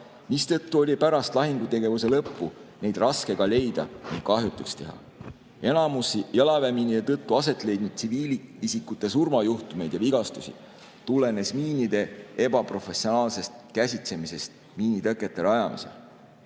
mistõttu oli pärast lahingutegevuse lõppu miine raske ka leida ja kahjutuks teha. Enamik jalaväemiinide tõttu aset leidnud tsiviilisikute surmajuhtumeid ja vigastusi tulenesid miinide ebaprofessionaalsest käsitsemisest miinitõkete rajamisel.